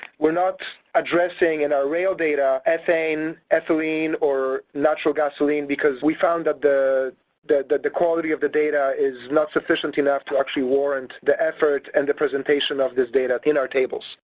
we're not addressing in our rail data ethane, ethylene, or natural gasoline because we found that the the that the quality of the data is not sufficient enough to actually warrant the effort and the presentation of this data in our tables.